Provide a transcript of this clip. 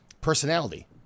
personality